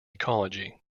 ecology